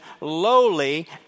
lowly